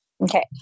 Okay